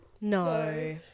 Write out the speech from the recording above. No